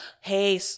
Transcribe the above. Hey